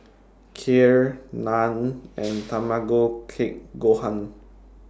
Kheer Naan and Tamago Kake Gohan